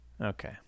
Okay